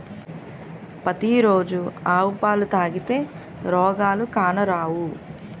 పతి రోజు ఆవు పాలు తాగితే రోగాలు కానరావు